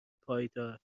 پایدار